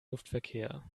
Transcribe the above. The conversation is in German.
luftverkehr